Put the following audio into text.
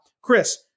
Chris